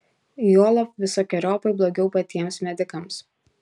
juolab visokeriopai blogiau patiems medikams